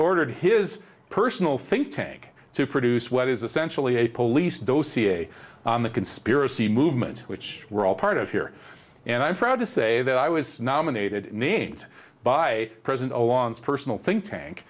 ordered his personal think tank to produce what is essentially a police those ca the conspiracy movement which we're all part of here and i'm proud to say that i was nominated named by president along personal think tank